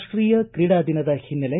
ರಾಷ್ಟೀಯ ಕ್ರೀಡಾ ದಿನದ ಹಿನ್ನೆಲೆ